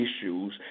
issues